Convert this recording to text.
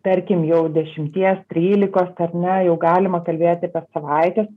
tarkim jau dešimties trylikos ar ne jau galima kalbėti apie savaitės